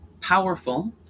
powerful